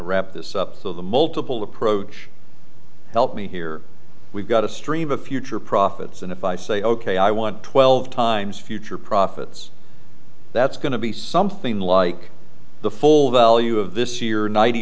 wrap this up so the multiple approach help me here we've got a stream of future profits and if i say ok i want twelve times future profits that's going to be something like the full value of this year ninety